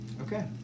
Okay